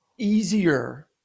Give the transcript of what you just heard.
easier